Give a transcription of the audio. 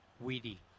weedy